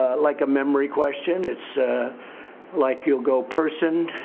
ah like a memory question. it's ah like, you'll go person,